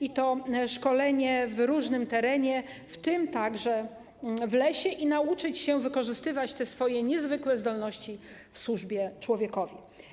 Musi to być szkolenie w różnych terenach, w tym także w lesie, aby pies nauczył się wykorzystywać te swoje niezwykłe zdolności w służbie człowiekowi.